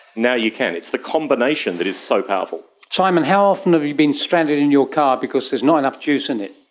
now you can. it's the combination that is so powerful. simon, how often have you been stranded in your car because there's not enough juice in it?